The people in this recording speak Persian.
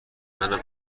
منم